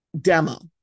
demo